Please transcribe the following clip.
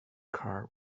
car